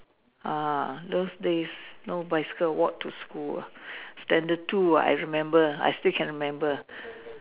ah those days no bicycle walk to school standard to ah I remember I still can remember